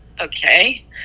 okay